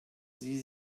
sie